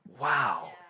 Wow